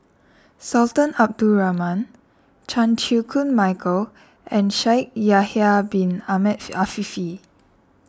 Sultan Abdul Rahman Chan Chew Koon Michael and Shaikh Yahya Bin Ahmed Afifi